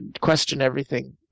question-everything